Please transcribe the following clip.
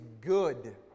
good